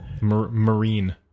Marine